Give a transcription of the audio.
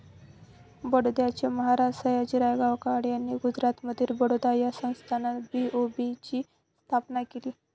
बडोद्याचे महाराज सयाजीराव गायकवाड यांनी गुजरातमधील बडोदा या संस्थानात बी.ओ.बी ची स्थापना केली